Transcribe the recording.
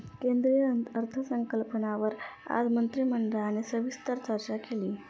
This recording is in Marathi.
केंद्रीय अर्थसंकल्पावर आज मंत्रिमंडळाने सविस्तर चर्चा केली